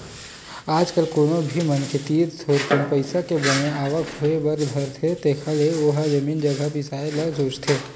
आज कल कोनो भी मनखे तीर थोरको पइसा के बने आवक होय बर धरथे तहाले ओहा जमीन जघा बिसाय के सोचथे